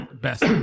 best